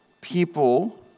people